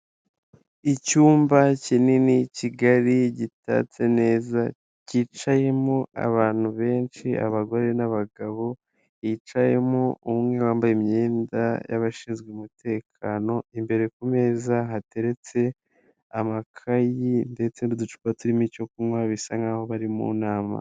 Icyumba kinini, kigari, gitatse neza, cyicayemo abantu benshi, abagore n'abagabo, hicayemo umwe wambaye imyenda y'abashinzwe umutekano, imbere ku meza hateretse amakayi ndetse n'uducupa turimo icyo kunywa, bisa nk'aho bari mu nama.